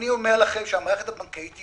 אני אומר לכם שהמערכת הבנקאית היא